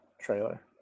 trailer